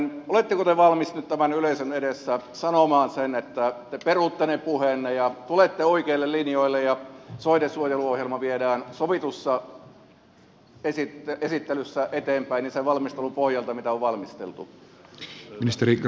oletteko te valmis nyt tämän yleisön edessä sanomaan sen että te perutte ne puheenne ja tulette oikeille linjoille ja soidensuojeluohjelma viedään sovitussa esittelyssä eteenpäin ja sen valmistelun pohjalta mitä on valmisteltu